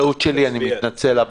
טעות שלי, אני מתנצל.